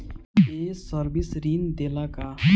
ये सर्विस ऋण देला का?